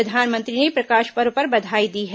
प्रधानमंत्री ने प्रकाश पर्व पर बधाई दी है